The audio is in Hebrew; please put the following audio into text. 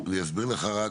אני רק אסביר לך,